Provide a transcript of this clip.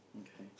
okay